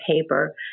paper